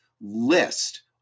list